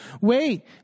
wait